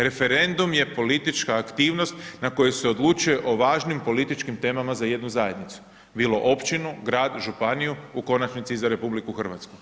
Referendum je politička aktivnost na kojoj se odlučuje o važnim političkim temama za jednu zajednicu, bilo općinu, grad, županiju, u konačnici i za RH.